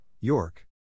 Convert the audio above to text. York